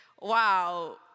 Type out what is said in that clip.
wow